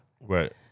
Right